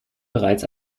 bereits